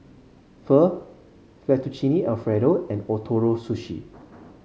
Pho Fettuccine Alfredo and Ootoro Sushi